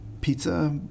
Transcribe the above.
pizza